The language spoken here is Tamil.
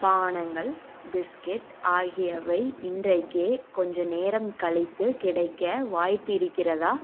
பானங்கள் பிஸ்கெட் ஆகியவை இன்றைக்கே கொஞ்சம் நேரம் கழித்து கிடைக்க வாய்ப்பிருக்கிறதா